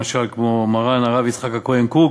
למשל מרן הרב אברהם יצחק הכהן קוק,